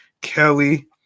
Kelly